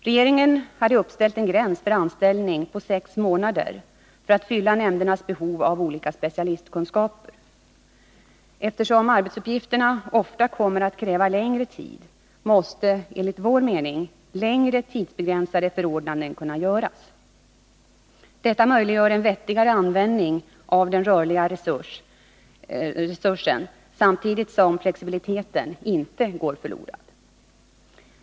Regeringen hade uppställt en gräns för anställning på sex månader för att fylla nämndernas behov av olika specialistkunskaper. Eftersom arbetsuppgifterna ofta kommer att kräva längre tid måste enligt vår mening längre tidsbegränsade förordnanden kunna göras. Detta möjliggör en vettigare användning av denna rörliga resurs samtidigt som flexibiliteten inte går förlorad.